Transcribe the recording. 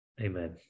Amen